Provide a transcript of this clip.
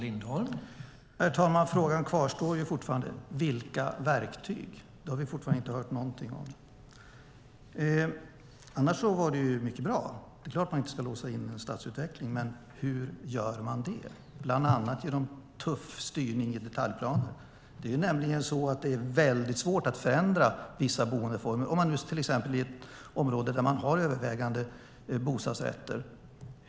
Herr talman! Frågan kvarstår. Vilka verktyg? Det har vi fortfarande inte hört någonting om. Annars var det mycket bra. Det är klart att man inte ska låsa in stadsutveckling. Men hur gör man det? Det gör man bland annat genom tuff styrning i detaljplaner. Det är nämligen väldigt svårt att förändra vissa boendeformer. Vi kan tänka oss till exempel ett område där det är övervägande bostadsrätter.